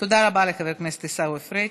תודה רבה לחבר הכנסת עיסאווי פריג'.